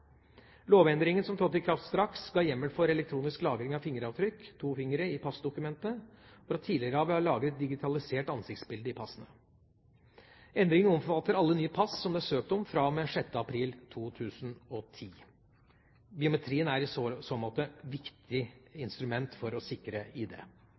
Lovendringen, som trådte i kraft straks, ga hjemmel for elektronisk lagring av fingeravtrykk – to fingre – i passdokumentet. Fra tidligere av har vi lagret digitalisert ansiktsbilde i passene. Endringene omfatter alle nye pass som det er søkt om fra og med 6. april 2010. Biometri er i så måte et viktig instrument for å sikre ID.